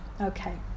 okay